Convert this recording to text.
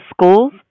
schools